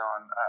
on